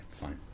Fine